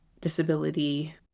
disability